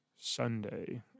Sunday